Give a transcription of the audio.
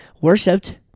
worshipped